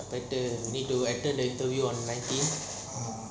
போயிடு:poitu I need to attend the interview on nineteenth